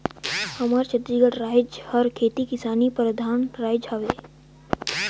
हमर छत्तीसगढ़ राएज हर खेती किसानी परधान राएज हवे